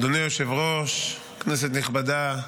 אדוני היושב-ראש, כנסת נכבדה,